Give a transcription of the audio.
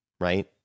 right